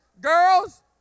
Girls